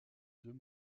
deux